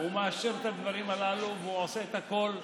הוא מאשר את הדברים הללו והוא עושה את הכול ונאבק.